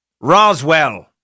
Roswell